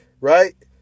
Right